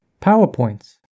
PowerPoints